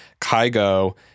kygo